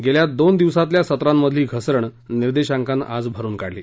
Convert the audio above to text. गेल्या दोन दिवसातल्या सत्रांमधली घसरण निर्देशांकानं आज भरून काढली